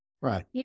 Right